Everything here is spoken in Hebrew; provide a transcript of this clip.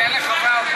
תיתן לחברי האופוזיציה,